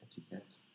etiquette